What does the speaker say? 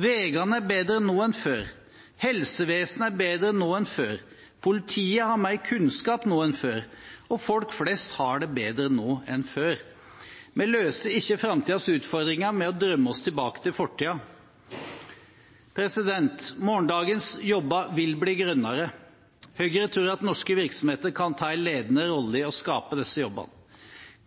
er bedre nå enn før, helsevesenet er bedre nå enn før, politiet har mer kunnskap nå enn før, og folk flest har det bedre nå enn før. Vi løser ikke framtidens utfordringer ved å drømme oss tilbake til fortiden. Morgendagens jobber vil bli grønnere. Høyre tror at norske virksomheter kan ta en ledende rolle i å skape disse jobbene.